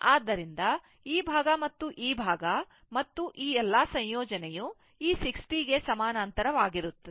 ಆದ್ದರಿಂದ ಈ ಭಾಗ ಮತ್ತು ಈ ಭಾಗ ಮತ್ತು ಈ ಎಲ್ಲಾ ಸಂಯೋಜನೆಯು ಈ 60 ಗೆ ಸಮಾನಾಂತರವಾಗಿರುತ್ತದೆ